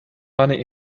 money